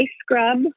scrub